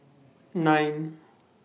nine